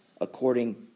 according